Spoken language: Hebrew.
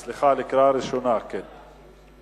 סליחה, לקריאה ראשונה, כן.